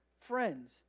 friends